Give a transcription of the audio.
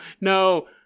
no